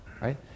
right